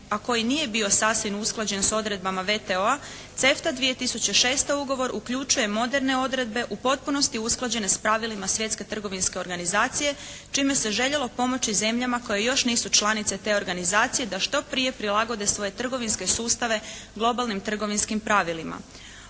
a koji nije bio sasvim usklađen s odredbama WTO-a CEFTA 2006. ugovor uključuje moderne odredbe u potpunosti usklađene s pravilima Svjetske trgovinske organizacije čime se željelo pomoći zemljama koje još nisu članice te organizacije da što prije prilagode svoje trgovinske sustave globalnim trgovinskim pravilima.